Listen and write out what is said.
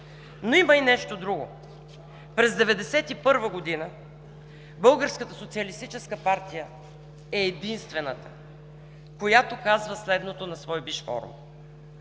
Има и нещо друго. През 1991 г. Българската социалистическа партия е единствената, която следва следното на свой висш форум: